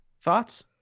thoughts